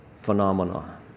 phenomena